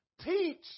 Teach